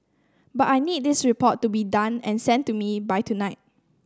but I need this report to be done and sent to me by tonight